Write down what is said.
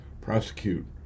prosecute